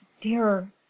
dear